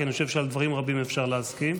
כי אני חושב שעל דברים רבים אפשר להסכים,